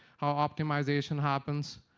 how optimization happens,